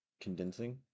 Condensing